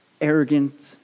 arrogant